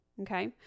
okay